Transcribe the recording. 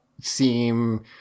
seem